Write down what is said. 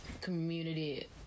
community